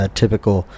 typical